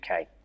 UK